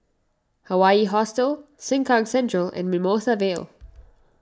Hawaii Hostel Sengkang Central and Mimosa Vale